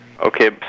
Okay